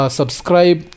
subscribe